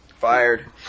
Fired